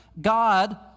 God